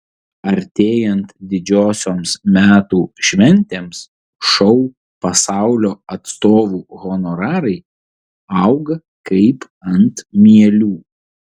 artėjant didžiosioms metų šventėms šou pasaulio atstovų honorarai auga kaip ant mielių